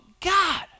God